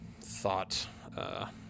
thought